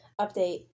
update